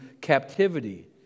captivity